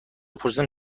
پرسیدم